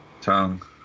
tongue